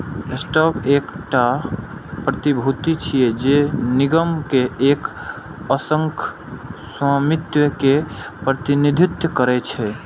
stock एकटा प्रतिभूति छियै, जे निगम के एक अंशक स्वामित्व के प्रतिनिधित्व करै छै